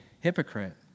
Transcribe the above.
hypocrite